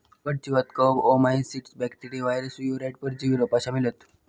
रोगट जीवांत कवक, ओओमाइसीट्स, बॅक्टेरिया, वायरस, वीरोइड, परजीवी रोपा शामिल हत